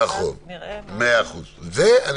ועוד נקודה אחת, ובזה אני